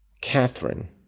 Catherine